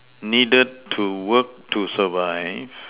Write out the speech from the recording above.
needed to work to survive